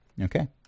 Okay